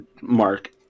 Mark